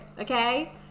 Okay